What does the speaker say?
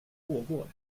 pågår